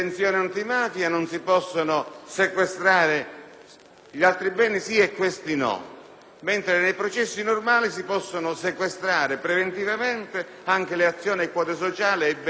certi beni e non altri mentre nei processi normali si possono sequestrare preventivamente anche le azioni, le quote sociali e i beni finanziari dematerializzati. È un problema di simmetria